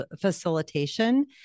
facilitation